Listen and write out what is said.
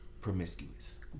Promiscuous